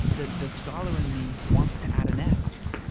the the scholar in me wants to add an s.